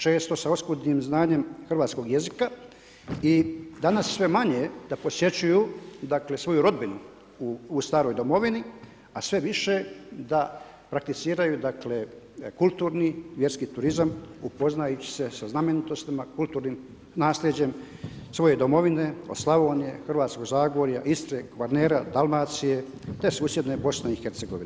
Često sa oskudnim znanjem Hrvatskog jezika i danas sve manje da posjećuju svoju rodbinu u staroj domovine, a sve više da prakticiraju kulturni, vjerski turizam upoznajući se sa znamenitostima, kulturnim naslijeđem svoje domovine, od Slavonije, Hrvatskog Zagorja, Istre, Kvarnera, Dalmacije, te susjedne BIH.